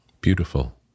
Beautiful